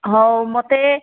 ହଉ ମୋତେ